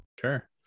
Sure